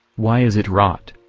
why is it rot?